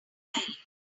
entirely